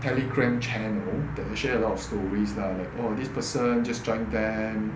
telegram channel that they share a lot of stories lah like oh this person just join them